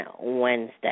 Wednesday